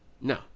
No